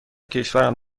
کشورم